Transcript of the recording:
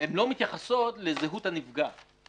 המשך גם נדבר על מה אנחנו רוצים להכניס לתוך החקיקה בעניין הזה.